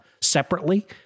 separately